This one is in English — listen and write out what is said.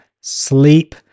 sleep